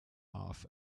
half